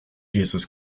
dieses